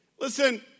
Listen